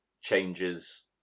changes